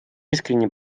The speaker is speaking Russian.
искренне